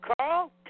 Carl